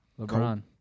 LeBron